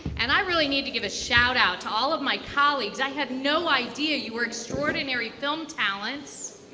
and i really need to give a shout-out to all of my colleagues. i had no idea you were extraordinary film talents.